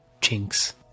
chinks